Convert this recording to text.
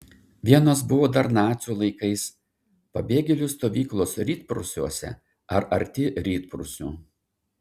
vienos buvo dar nacių laikais pabėgėlių stovyklos rytprūsiuose ar arti rytprūsių